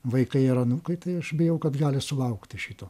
vaikai ir anūkai tai aš bijau kad gali sulaukti šito